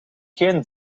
geen